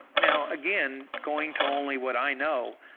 now again, going to only what i know,